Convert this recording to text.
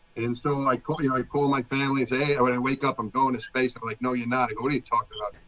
and so my copy, you know i called my family. it's i when i wake up, i'm going to space like, no, you're not. what are you talking about?